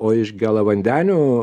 o iš gėlavandenių